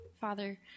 Father